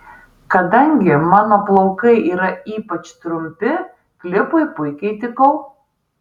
kadangi mano plaukai yra ypač trumpi klipui puikiai tikau